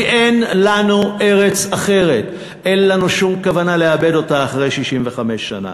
כי אין לנו ארץ אחרת ואין לנו שום כוונה לאבד אותה אחרי 65 שנה,